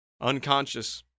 unconscious